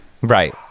right